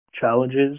challenges